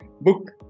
Book